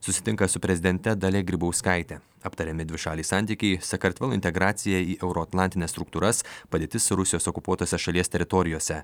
susitinka su prezidente dalia grybauskaite aptariami dvišaliai santykiai sakartvelo integracija į euroatlantines struktūras padėtis rusijos okupuotose šalies teritorijose